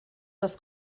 das